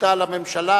מטעם הממשלה,